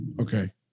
Okay